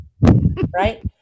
right